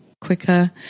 quicker